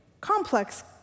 Complex